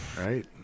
Right